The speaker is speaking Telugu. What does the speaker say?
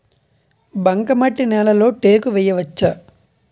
బంకమట్టి నేలలో టేకు వేయవచ్చా?